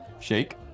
Shake